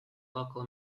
local